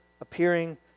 appearing